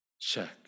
Check